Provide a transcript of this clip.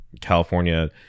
California